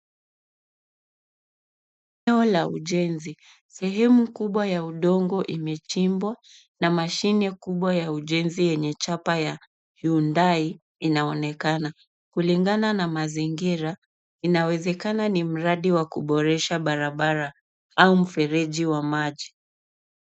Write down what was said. Eneo la ujenzi sehemu kubwa ya udongo imechimbwa na tinga kubwa ya ujenzi yenye chapa ya Hyundai inaonekana kulingana na mazingira inawezakana ni mradi wa kuboresha baraba au mfereji wa maji.